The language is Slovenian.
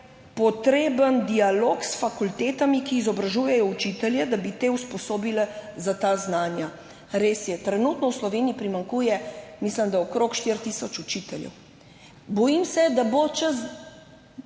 potreben dialog s fakultetami, ki izobražujejo učitelje, da bi te usposobile za ta znanja. Res je, trenutno v Sloveniji primanjkuje, mislim da, okrog 4 tisoč učiteljev. Bojim se, da bo čez